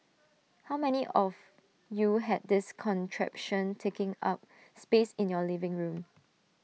how many of you had this contraption taking up space in your living room